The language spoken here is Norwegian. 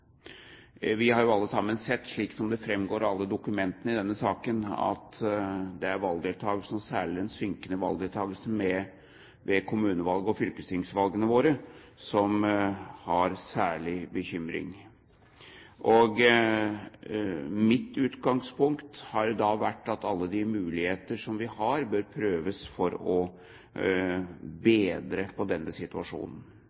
Vi har jo alle sammen sett, slik det fremgår av alle dokumentene i denne saken, at det er valgdeltakelsen, særlig den synkende valgdeltakelsen ved kommune- og fylkestingsvalgene våre, som bekymrer. Mitt utgangspunkt har vært at alle de muligheter vi har, bør prøves for å